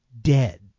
dead